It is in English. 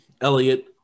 Elliot